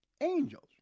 angels